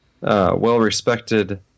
well-respected